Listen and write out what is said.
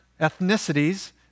ethnicities